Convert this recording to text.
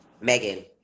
Megan